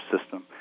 system